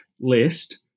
list